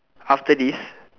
after this